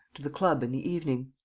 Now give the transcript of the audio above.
to the club in the evening.